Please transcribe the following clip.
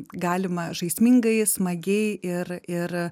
galima žaismingai smagiai ir ir